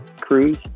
cruise